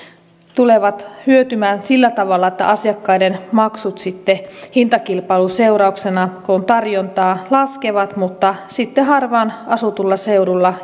tulevat hyötymään sillä tavalla että asiakkaiden maksut sitten hintakilpailun seurauksena laskevat kun on tarjontaa mutta sitten harvaan asutuilla seuduilla